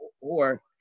Or-